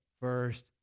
first